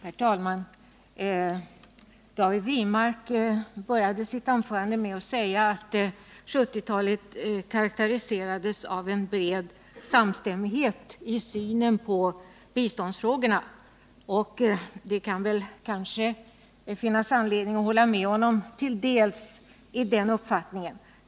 Herr talman! David Wirmark började sitt anförande med att säga att 1970-talet karakteriserats av en bred samstämmighet i synen på biståndsfrågorna. Det kan finnas anledning att hålla med honom till en del i den uppfattningen.